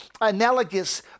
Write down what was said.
analogous